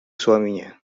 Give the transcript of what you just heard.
suaminya